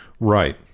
Right